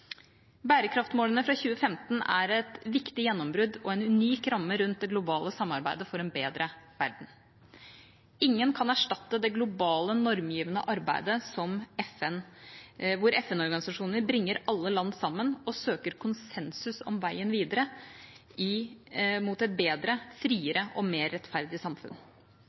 Bærekraftsmålene fra 2015 er et viktig gjennombrudd og en unik ramme rundt det globale samarbeidet for en bedre verden. Ingen kan erstatte det globale normgivende arbeidet hvor FN-organisasjoner bringer alle land sammen og søker konsensus om veien videre mot et bedre, friere og mer rettferdig samfunn.